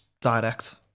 direct